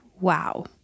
Wow